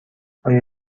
آیا